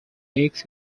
makes